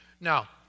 Now